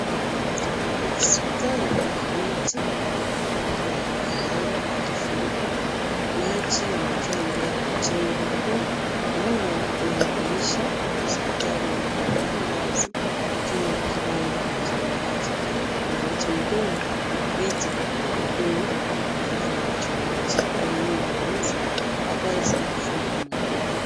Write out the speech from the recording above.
Hospitali ya kaunti ya Ahero ikifurika, maji yamejaa mbele ya jengo kuu. Mlango na madirisha ya hospitali yanaonekana wazi juu ya kiwango cha maji. Kuna mti mdongo na viti vya magurudumu vilivyoachwa nje. Hali hii inaonyesha hatari za mafuriko makubwa.